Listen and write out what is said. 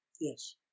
yes